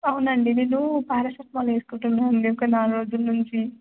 అవునండి నేను పారాసిటమోల్ వేసుకుంటున్నా అండి ఒక నాలుగు రోజుల నుంచి